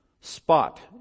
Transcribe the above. spot